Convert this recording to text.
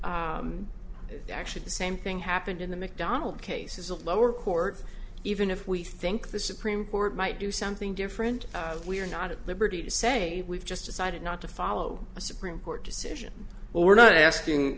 court actually the same thing happened in the mcdonald case is a lower court even if we think the supreme court might do something different we are not at liberty to say we've just decided not to follow a supreme court decision but we're not asking